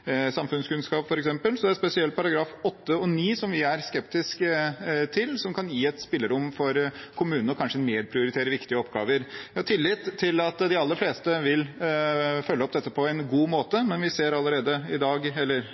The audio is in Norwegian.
samfunnskunnskap. Det er spesielt §§ 8 og 9 vi er skeptiske til, som kan gi et spillerom for kommunene til kanskje å nedprioritere viktige oppgaver. Vi har tillit til at de aller fleste vil følge opp dette på en god måte, men vi ser allerede i dag,